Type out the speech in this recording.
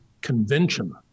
convention